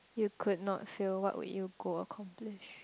you could not fail what would you go accomplish